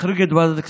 תחריג את ועדת הכספים,